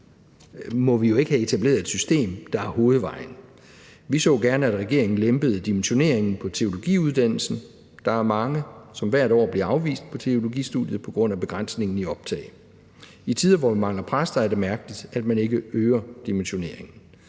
må vi jo ikke få etableret et system, der er hovedvejen. Vi så gerne, at regeringen lempede dimensioneringen på teologiuddannelsen. Der er mange, som hvert år bliver afvist på teologistudiet på grund af begrænsningen i optaget. I tider, hvor vi mangler præster, er det mærkeligt, at man ikke øger dimensioneringen.